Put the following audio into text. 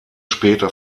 später